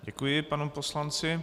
Děkuji panu poslanci.